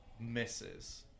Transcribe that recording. misses